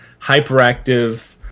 hyperactive